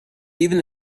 even